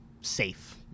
safe